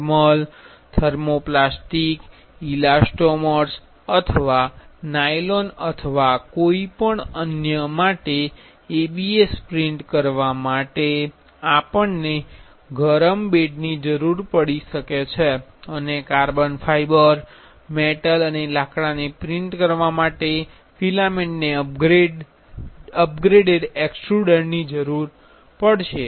thermal thermoplastic elastomers અથવા nylon અથવા કોઈપણ અન્ય માટે ABS પ્રિંટ કરવા માટે આપણને ગરમ બેડની જરૂર પડી શકે છે અને કાર્બન ફાઇબર મેટલ અને લાકડાને પ્રિંટ કરવા માટે ફિલામેન્ટને અપગ્રેડેડ એક્સ્ટ્રુડરની જરૂર પડશે